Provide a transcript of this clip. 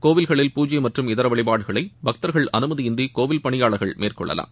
கோவில்களில் பூஜை மற்றும் இதர வழிபாடுகளை பக்தர்கள் அனுமதி இன்றி கோவில் பணியாளர்கள் மேற்கொள்ளலாம்